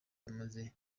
amaze